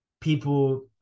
people